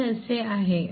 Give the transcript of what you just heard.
तर हे असे आहे